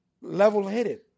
level-headed